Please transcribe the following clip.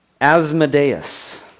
Asmodeus